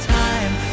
time